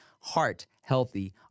heart-healthy